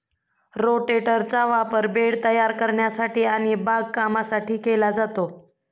रोटेटरचा वापर बेड तयार करण्यासाठी आणि बागकामासाठी केला जातो